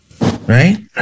right